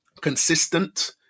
consistent